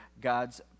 God's